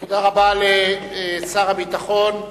תודה רבה לשר הביטחון.